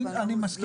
אני מסכים אתך.